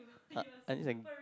uh as in